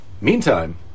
Meantime